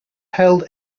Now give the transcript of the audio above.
held